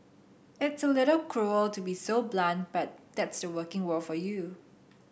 it's a little cruel to be so blunt but that's the working world for you